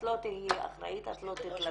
"את לא תהיי אחראית, את לא תתלווי".